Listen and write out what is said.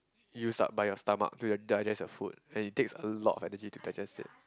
use up by your stomach to digest your food and it takes a lot of energy to digest it